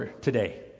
today